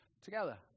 together